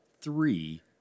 three